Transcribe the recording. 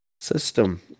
system